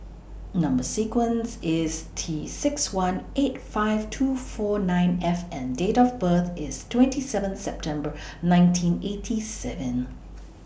Number sequence IS T six one eight five two four nine F and Date of birth IS twenty seven September nineteen eighty seven